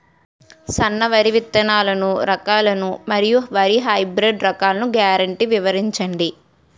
సన్న వరి విత్తనాలు రకాలను మరియు వరి హైబ్రిడ్ రకాలను గ్యారంటీ వివరించండి?